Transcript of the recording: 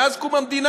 מאז קום המדינה.